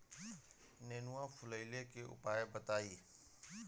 नेनुआ फुलईले के उपाय बताईं?